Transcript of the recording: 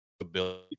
ability